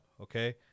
okay